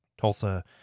Tulsa